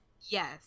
Yes